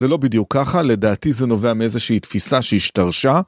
זה לא בדיוק ככה, לדעתי זה נובע מאיזושהי תפיסה שהשתרשה